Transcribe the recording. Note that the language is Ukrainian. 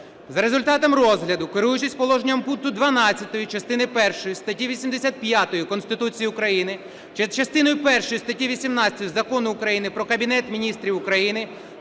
За результатами розгляду, керуючись положенням пункту 12 частини першої статті 85 Конституції України, частини першої статті 18 Закону України "Про Кабінет Міністрів України",